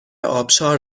آبشار